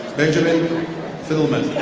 benjamin fiddleman.